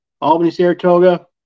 Albany-Saratoga